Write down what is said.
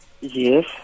Yes